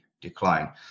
decline